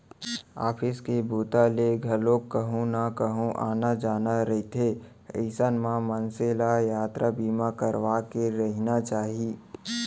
office के बूता ले घलोक कहूँ न कहूँ आना जाना रहिथे अइसन म मनसे ल यातरा बीमा करवाके रहिना चाही